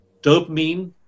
dopamine